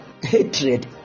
hatred